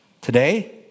today